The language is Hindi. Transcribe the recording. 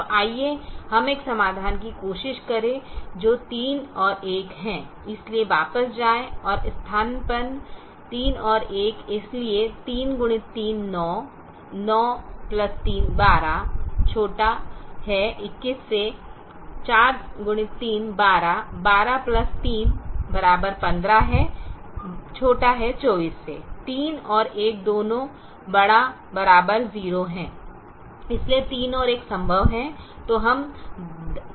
तो आइए हम एक समाधान की कोशिश करें जो 31 है इसलिए वापस जाएं और स्थानापन्न 31 इसलिए 3x3 9 9312 21 4x3 12 12 3 15 है 24 3 और 1 दोनों ≥ 0 हैं इसलिए 31 संभव है